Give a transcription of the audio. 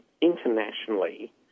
internationally